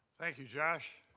thank you, josh.